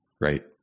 Right